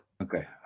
Okay